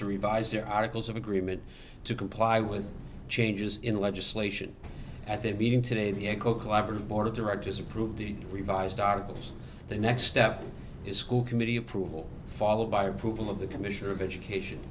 to revise their articles of agreement to comply with changes in legislation at the meeting today the eco collaborative board of directors approve the revised articles the next step is school committee approval followed by approval of the commissioner of education